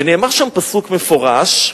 ונאמר שם פסוק מפורש,